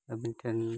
ᱟᱹᱵᱤᱱ ᱴᱷᱮᱱ